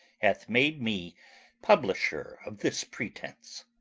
hath made me publisher of this pretence.